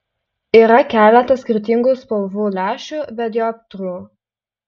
yra keletas skirtingų spalvų lęšių be dioptrų